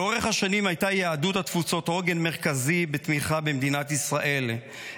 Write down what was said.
לאורך השנים הייתה יהדות התפוצות עוגן מרכזי בתמיכה במדינת ישראל,